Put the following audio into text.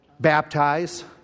Baptize